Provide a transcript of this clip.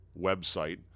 website